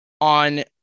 on